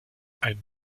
ein